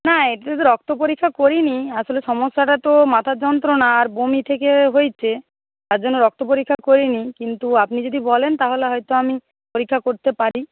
না রক্ত পরীক্ষা করিনি আসলে সমস্যাটা তো মাথার যন্ত্রণা আর বমি থেকে হয়েছে তার জন্য রক্ত পরীক্ষা করিনি কিন্তু আপনি যদি বলেন তাহলে হয়তো আমি পরীক্ষা করতে পারি